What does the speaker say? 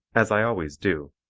as i always do,